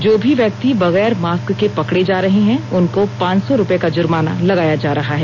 जो भी व्यक्ति बगैर मास्क के पकड़े जा रहे हैं उनको पांच सौ रूपये का जुर्माना लगाया जा रहा है